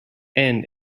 end